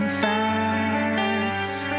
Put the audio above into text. facts